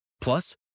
Plus